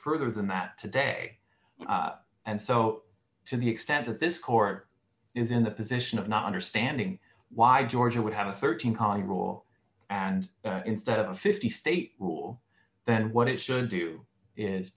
further than that today and so to the extent that this court is in the position of not understanding why doors would have a thirteen calling rule and instead of a fifty state rule then what it should do is